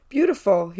Beautiful